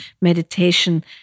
meditation